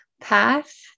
path